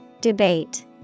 Debate